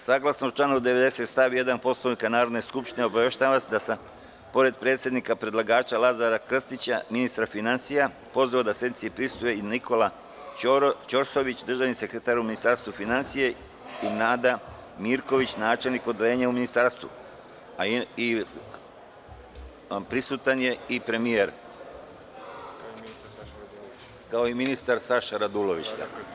Saglasno članu 90. stav 1. Poslovnika Narodne skupštine, obaveštavam vas da sam pored predstavnika predlagača Lazara Krstića, ministra finansija, pozvao da sednici prisustvuju i Nikola Ćorsović, državni sekretar u Ministarstvu finansija i Nada Mirković, načelnik Odeljenja u ministarstvu, prisutan je i premijer Ivica Dačić, kao i ministar privrede Saša Radulović.